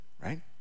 right